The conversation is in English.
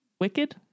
Wicked